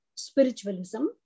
spiritualism